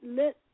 let